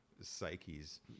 psyches